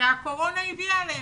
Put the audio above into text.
שהקורונה הביאה עליהם.